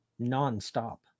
nonstop